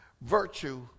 virtue